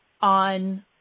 on